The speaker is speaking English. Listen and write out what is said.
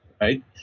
right